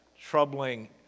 troubling